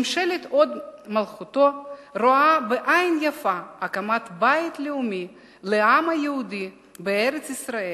ממשלת הוד מלכותו רואה בעין יפה הקמת בית לאומי לעם היהודי בארץ-ישראל,